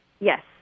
Yes